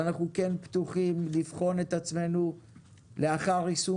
אבל אנחנו כן פתוחים לבחון את עצמנו לאחר יישום